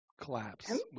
collapse